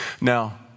Now